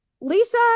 lisa